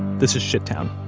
this is shittown.